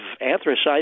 anthracite